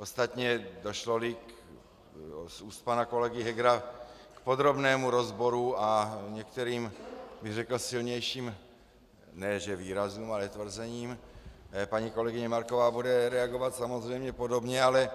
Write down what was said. Ostatně došloli z úst pana kolegy Hegera k podrobnému rozboru a k některým, řekl bych, silnějším ne že výrazům, ale tvrzením, paní kolegyně Marková bude reagovat samozřejmě podobně, ale